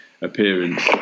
appearance